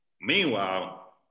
meanwhile